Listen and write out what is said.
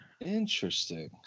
Interesting